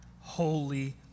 holy